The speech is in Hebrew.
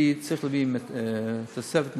צריך להביא תוספת מיטות?